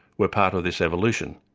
were part of this evolution.